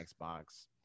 Xbox